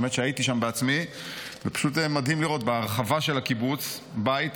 האמת היא שהייתי שם בעצמי ופשוט מדהים לראות: בהרחבה של הקיבוץ יש בית,